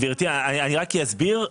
גברתי, אני רק אסביר.